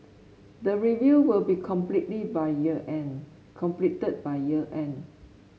the review will be completely by year end completed by year end